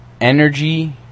Energy